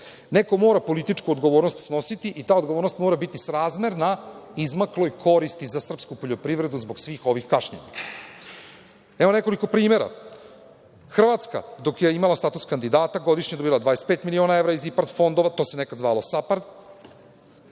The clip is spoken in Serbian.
Neko mora političku odgovornost snositi i ta odgovornost mora biti srazmerna izmakloj koristi za srpsku poljoprivredu zbog svih ovih kašnjenja. Evo nekoliko primera. Hrvatska, dok je imala status kandidata, godišnje je dobijala 25 miliona evra iz IPARD fondova, a to se nekad zvalo SAPARD.